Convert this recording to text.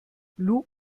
lou